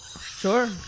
sure